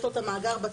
יש לו את המאגר בטאבלט?